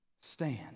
stand